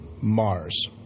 mars